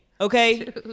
okay